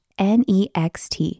next